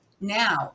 now